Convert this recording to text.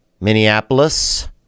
Minneapolis